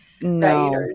no